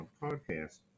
podcast